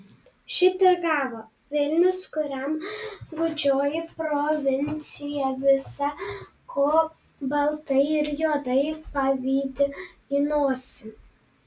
šit ir gavo vilnius kuriam gūdžioji provincija visa ko baltai ir juodai pavydi į nosį